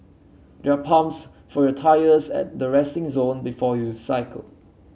there are pumps for your tyres at the resting zone before you cycle